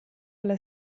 alla